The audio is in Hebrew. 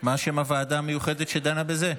מה שם הוועדה המיוחדת שדנה בזה?